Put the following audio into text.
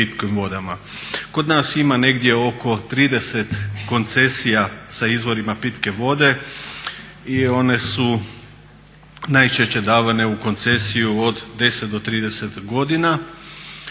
Kod nas ima negdje oko 30 koncesija sa izvorima pitke vode i one su najčešće davane u koncesiju od 10 do 30 godina,